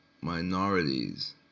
minorities